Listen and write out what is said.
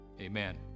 amen